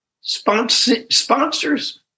sponsors